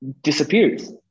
disappears